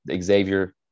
Xavier